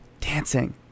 dancing